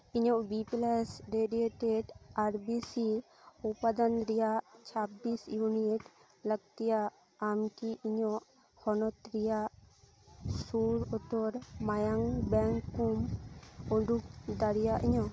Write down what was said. ᱤᱧᱟᱹᱜ B plus irradiated ᱟᱨ B C ᱩᱯᱟᱫᱟᱱ ᱨᱮᱭᱟᱜ ᱪᱷᱟᱵᱽᱵᱤᱥ ᱤᱭᱩᱱᱤᱴ ᱞᱟᱹᱠᱛᱤᱭᱟ ᱟᱢ ᱠᱤ ᱤᱧᱟᱹᱜ ᱦᱚᱱᱚᱛ ᱨᱮᱭᱟᱜ ᱥᱩᱨ ᱩᱛᱟᱹᱨ ᱢᱟᱭᱟᱢ ᱵᱮᱝᱠ ᱠᱚᱢ ᱩᱫᱩᱜ ᱫᱟᱲᱮᱭᱟᱹᱧᱟᱹ